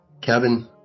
Kevin